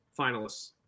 finalists